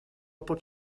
pot